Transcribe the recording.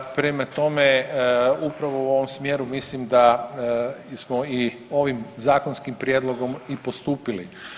Prema tome, upravo u ovom smjeru mislim da smo i ovim zakonskim prijedlogom i postupili.